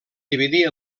dividir